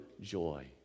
joy